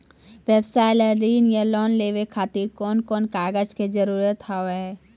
व्यवसाय ला ऋण या लोन लेवे खातिर कौन कौन कागज के जरूरत हाव हाय?